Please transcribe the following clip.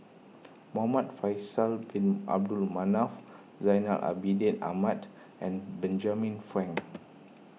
Muhamad Faisal Bin Abdul Manap Zainal Abidin Ahmad and Benjamin Frank